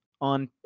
on